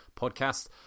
podcast